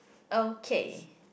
okay